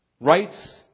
rights